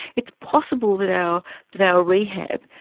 it's possible that our that our rehab,